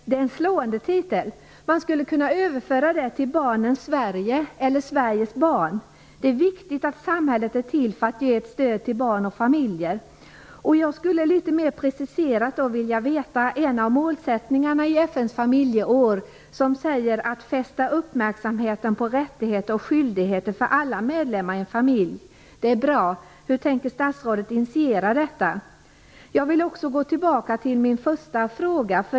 Det är en slående titel. Man skulle kunna överföra det och säga barnens Sverige eller Sveriges barn. Det är viktigt att samhället är till för att ge ett stöd till barn och familjer. Jag skulle vilja veta litet mer preciserat om en av målsättningarna för FN:s familjeår, nämligen att man skall fästa uppmärksamheten på rättigheter och skyldigheter för alla medlemmar i en familj. Det är bra. Hur tänker statsrådet initiera detta? Jag vill också gå tillbaka till min första fråga.